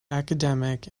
academic